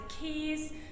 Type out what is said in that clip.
keys